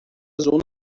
azul